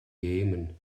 jemen